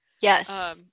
Yes